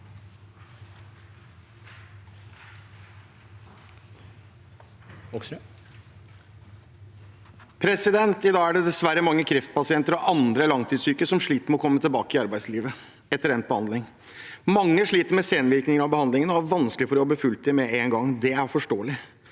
I dag er det dessver- re mange kreftpasienter og andre langtidssyke som sliter med å komme tilbake i arbeidslivet etter endt behandling. Mange sliter med senvirkninger av behandlingen og har vanskelig for å jobbe fulltid med en gang. Det er forståelig.